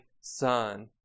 Son